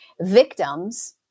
victims